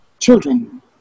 children